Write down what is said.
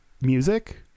music